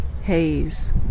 haze